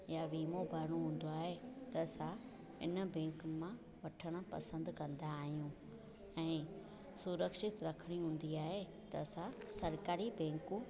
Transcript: या वीमो भरिणो हूंदो आहे त असां इन बैंक मां वठणु पसंदि कंदा आहियूं ऐं सुरक्षित रखणी हूंदी आहे त असां सरकारी बैंकू